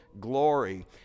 glory